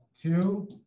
two